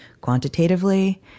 quantitatively